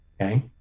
okay